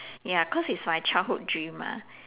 ya cause it's my childhood dream